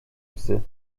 psy